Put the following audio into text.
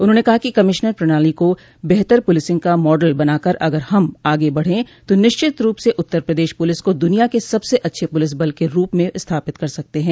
उन्होंने कहा कि कमिश्नर प्रणाली को बेहतर पुलिसिंग का मॉडल बनाकर अगर हम आगे बढ़े तो निश्चित रूप से उत्तर प्रदेश पुलिस को दुनिया के सबसे अच्छे पुलिस बल के रूप में स्थापित कर सकते हैं